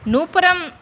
नूपुरं